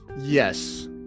Yes